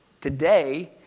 Today